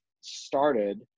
started